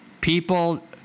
people